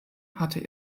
hatte